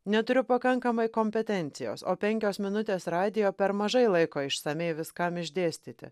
neturiu pakankamai kompetencijos o penkios minutės radijo per mažai laiko išsamiai viskam išdėstyti